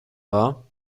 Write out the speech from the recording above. wahr